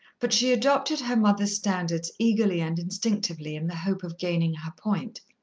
but she adopted her mother's standards eagerly and instinctively, in the hope of gaining her point.